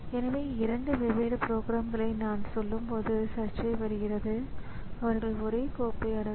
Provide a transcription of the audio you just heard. எனவே கீபோர்டில் நாம் சில கீகளை அழுத்தி டைப் செய்யும் போது கீ குறியீடு கணினியை அடைகிறது